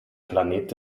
planet